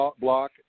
block